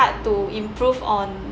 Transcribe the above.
to improve on